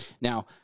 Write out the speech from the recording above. Now